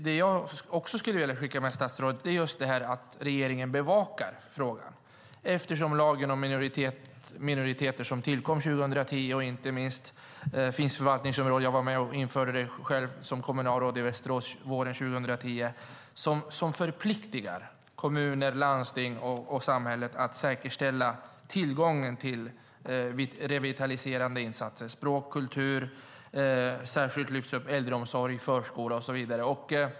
Det jag skulle vilja skicka med statsrådet är att regeringen bevakar frågan. Lagen om minoriteter och om finska förvaltningsområden tillkom 2010. Jag var med och införde detta själv som kommunalråd i Västerås våren 2010. Detta förpliktar kommuner, landsting och samhället att säkerställa tillgången till revitaliserande insatser inom språk, kultur, äldreomsorg, förskola och så vidare.